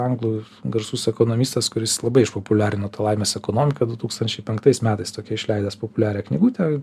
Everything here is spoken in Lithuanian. anglų garsus ekonomistas kuris labai išpopuliarino tą laimės ekonomiką du tūkstančiai penktais metais tokią išleidęs populiarią knygutę